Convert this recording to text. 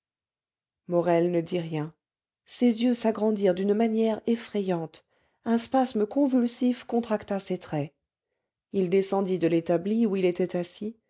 morel ne dit rien ses yeux s'agrandirent d'une manière effrayante un spasme convulsif contracta ses traits il descendit de l'établi où il était assis